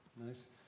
Nice